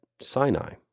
Sinai